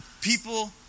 People